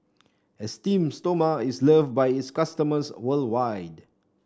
Esteem Stoma is loved by its customers worldwide